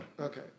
Okay